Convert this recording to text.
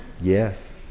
Yes